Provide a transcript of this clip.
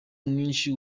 mwinshi